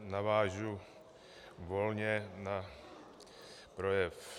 Navážu volně na projev.